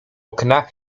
okna